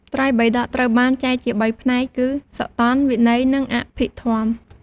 ត្រៃបិដកត្រូវបានចែកជាបីផ្នែកគឺ សុតន្ត វិន័យ និង អភិធម្ម។